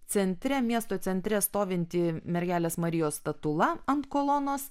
centre miesto centre stovinti mergelės marijos statula ant kolonos